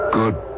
good